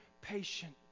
patient